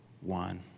one